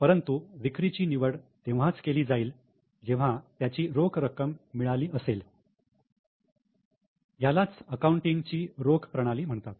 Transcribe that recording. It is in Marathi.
परंतु विक्रीची निवड तेव्हाच केली जाईल जेव्हा त्याची रोख रक्कम मिळाली असेल यालाच अकाउंटिंग ची रोख प्रणाली म्हणतात